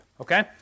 okay